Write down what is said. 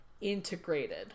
integrated